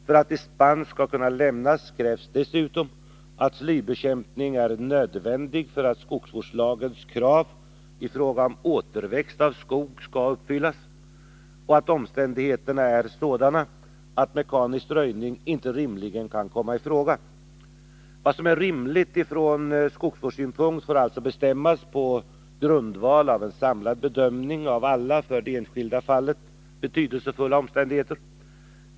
För att dispens skall kunna lämnas krävs dessutom att lövslybekämpning är nödvändig för att skogsvårdslagens krav i fråga om återväxt av skog skall uppfyllas och att omständigheterna är sådana att mekanisk röjning inte rimligen kan komma i fråga. Vad som är rimligt från skogsvårdssynpunkt får alltså bestämmas på grundval av en samlad bedömning av alla för det enskilda fallet betydelsefulla omständigheter.